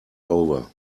over